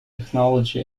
technology